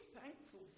thankful